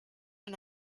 and